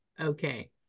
Okay